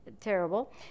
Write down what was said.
terrible